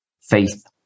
faith